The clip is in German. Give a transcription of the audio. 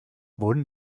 wurden